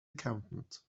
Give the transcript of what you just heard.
accountant